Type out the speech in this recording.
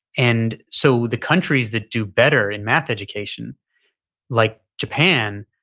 and so the countries that do better in math education like japan